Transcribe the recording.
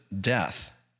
death